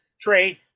trade